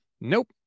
nope